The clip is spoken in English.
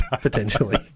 Potentially